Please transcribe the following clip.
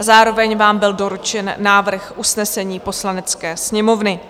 Zároveň vám byl doručen návrh usnesení Poslanecké sněmovny.